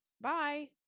Bye